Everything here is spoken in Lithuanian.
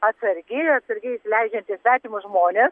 atsargi atsargiai įsileidžianti svetimus žmones